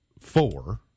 four